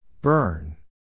Burn